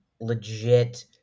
legit